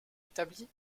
établie